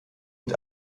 mit